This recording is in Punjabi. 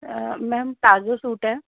ਮੈਮ ਪਲਾਜ਼ੋ ਸੂਟ ਹੈ